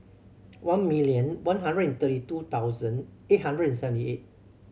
one million one hundred and thirty two thousand eight hundred and seventy eight